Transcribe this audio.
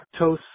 lactose